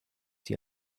die